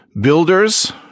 Builders